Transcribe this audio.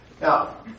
Now